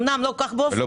אמנם לא כל כך באופנה,